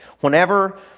Whenever